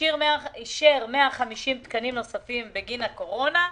אישר 150 תקנים נוספים בגין הקורונה.